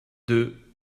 deux